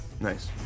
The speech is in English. Nice